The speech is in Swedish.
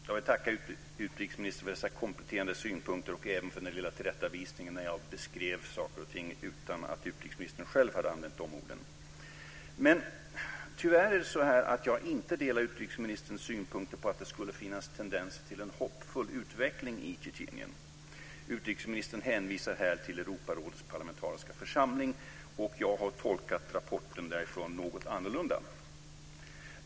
Fru talman! Jag vill tacka utrikesministern för dessa kompletterande synpunkter och även för den lilla tillrättavisningen. Jag beskrev saker och ting med ord som utrikesministern själv inte hade använt. Tyvärr delar jag inte utrikesministerns uppfattning att det finns tendenser till en hoppfull utveckling i Tjetjenien. Utrikesministern hänvisar här till Europarådets parlamentariska församling. Jag har tolkat rapporten därifrån något annorlunda.